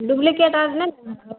duplicate और नहीं ना है